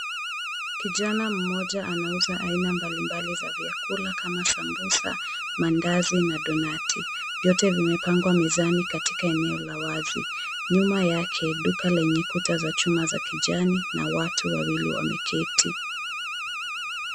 Kijana mmoja anauza aina mbalimbali za vyakula kama samosa, maandazi na donati. Vyote vimepangwa mezani katika eneo la wazi. Nyuma yake, duka lenye kuta za chuma za kijani, na watu wawili wameketi.